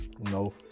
no